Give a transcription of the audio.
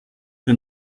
who